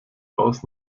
aus